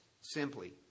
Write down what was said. simply